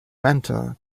mentor